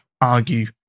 argue